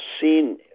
seen